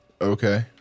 Okay